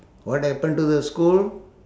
what happened to the school